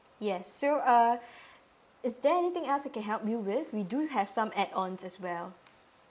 yes so uh is there anything else I can help you with we do have some add ons as well